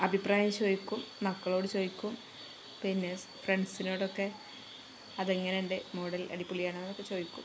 അഭിപ്രായം ചോദിക്കും മക്കളോടു ചോദിക്കും പിന്നെ ഫ്രണ്ട്സിനോടൊക്കെ അതെങ്ങനെയുണ്ട് മോഡൽ അടിപൊളിയാണോ എന്നൊക്കെ ചോദിക്കും